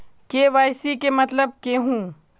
KYC के मतलब केहू?